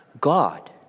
God